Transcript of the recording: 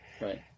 Right